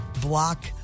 block